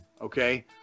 okay